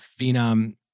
phenom